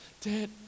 Dad